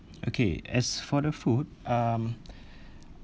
okay as for the food um